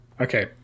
okay